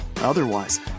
Otherwise